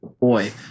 Boy